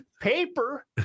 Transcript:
paper